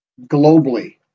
globally